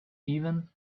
even